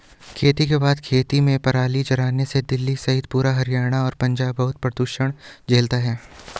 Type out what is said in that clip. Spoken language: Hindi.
खेती के बाद खेतों में पराली जलाने से दिल्ली सहित पूरा हरियाणा और पंजाब बहुत प्रदूषण झेलता है